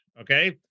Okay